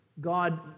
God